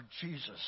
Jesus